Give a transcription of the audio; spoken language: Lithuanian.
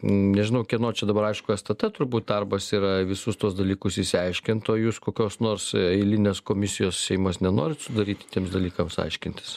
nežinau kieno čia dabar aišku stt turbūt darbas yra visus tuos dalykus išsiaiškint o jūs kokios nors eilinės komisijos seimas nenorit sudaryti tiems dalykams aiškintis